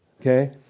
Okay